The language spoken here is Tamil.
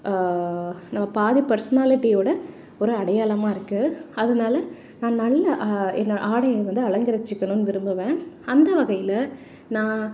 நம்ம பாதி பர்ஸ்னாலிட்டியோடு ஒரு அடையாளமாக இருக்குது அதனால நான் நல்ல என் ஆடையை வந்து அலங்கரிச்சுக்கணுன்னு விரும்புவேன் அந்த வகையில் நான்